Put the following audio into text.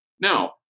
Now